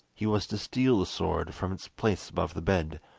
he was to steal the sword from its place above the bed,